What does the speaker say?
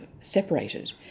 separated